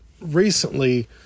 recently